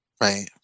Right